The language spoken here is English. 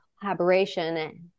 collaboration